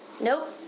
Nope